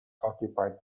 occupied